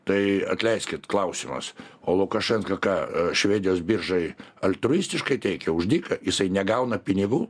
tai atleiskit klausimas o lukašenka ką švedijos biržai altruistiškai teikia už dyką jisai negauna pinigų